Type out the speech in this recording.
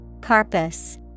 Carpus